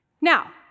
Now